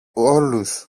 όλους